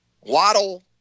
Waddle